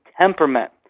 temperament